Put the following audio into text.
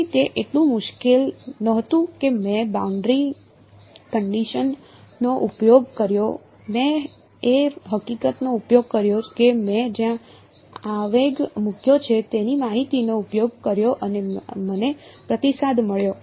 તેથી તે એટલું મુશ્કેલ નહોતું કે મેં બાઉન્ડ્રી કનડીશન નો ઉપયોગ કર્યો મેં એ હકીકતનો ઉપયોગ કર્યો કે મેં જ્યાં આવેગ મૂક્યો છે તેની માહિતીનો ઉપયોગ કર્યો અને મને પ્રતિસાદ મળ્યો